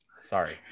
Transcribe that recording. sorry